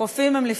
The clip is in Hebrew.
חופים, חופים.